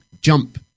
jump